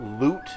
loot